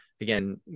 again